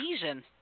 season